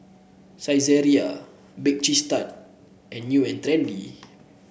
Saizeriya Bake Cheese Tart and New And Trendy